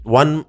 one